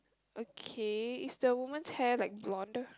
okay is the woman's hair like blonde